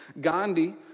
Gandhi